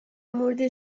مورد